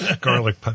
garlic